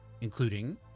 including